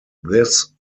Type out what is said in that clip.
this